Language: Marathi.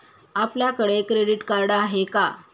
आपल्याकडे क्रेडिट कार्ड आहे का?